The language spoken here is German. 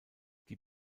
die